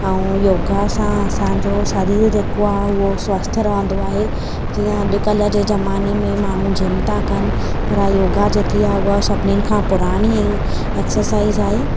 ऐं योगा सां असांजो शरीरु जेको आहे उहो स्वस्थ रहंदो आहे जीअं अॼु कल्ह जे ज़माने में माण्हू झिम था कनि पर योगा जेकी आहे उहा सभिनिनि खां पुराणी एक्सरसाइज़ आहे